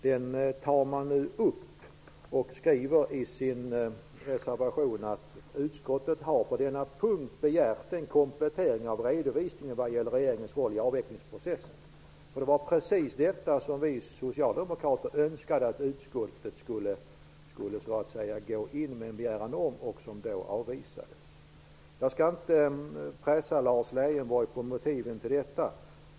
I reservationen till betänkandet skriver man: ''Utskottet har på denna punkt begärt en komplettering av redovisningen vad gäller regeringens roll i avvecklingsprocessen.'' Det var precis detta som vi socialdemokrater önskade att utskottet skulle gå in med en begäran om men som då avvisades. Jag skall inte pressa Lars Leijonborg på motiven till detta.